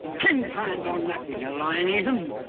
ten pounds or nothing you lying heathen.